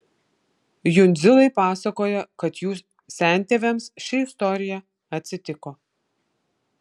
jundzilai pasakoja kad jų sentėviams ši istorija atsitiko